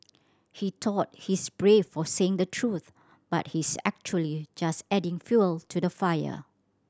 he thought he's brave for saying the truth but he's actually just adding fuel to the fire